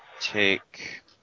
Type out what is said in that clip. Take